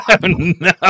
no